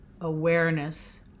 awareness